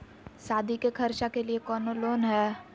सादी के खर्चा के लिए कौनो लोन है?